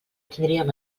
tindríem